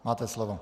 Máte slovo.